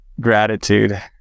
Gratitude